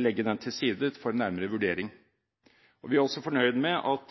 legge den side for nærmere vurdering. Vi er også fornøyd med at